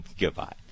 Goodbye